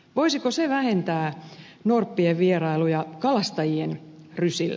voisiko se vähentää norppien vierailuja kalastajien rysillä